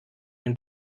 den